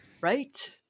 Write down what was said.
Right